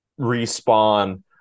Respawn